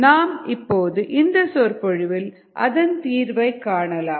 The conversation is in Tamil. நாம் இப்போது இந்த சொற்பொழிவில் அதன் தீர்வை காணலாம்